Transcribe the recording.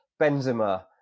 Benzema